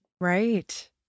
Right